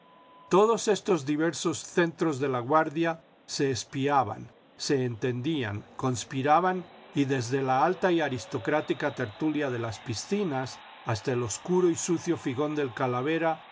todos estos diversos centros de laguardia se espiaban se entendían conspiraban y desde la alta y aristocrática tertulia de las piscinas hasta el obscuro y sucio figón del calavera